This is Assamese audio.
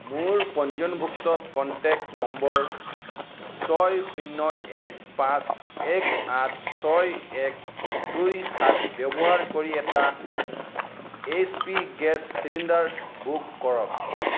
মোৰ পঞ্জীয়নভুক্ত কণ্টেক্ট নম্বৰ ছয় শূন্য এক পাঁচ এক আঠ ছয় এক দুই সাত ব্যৱহাৰ কৰি এটা এইচপি গেছ চিলিণ্ডাৰ বুক কৰক